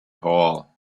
hole